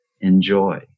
Enjoy